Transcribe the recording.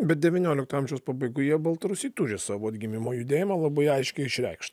bet devyniolikto amžiaus pabaigoje baltarusiai turi savo atgimimo judėjimą labai aiškiai išreikštą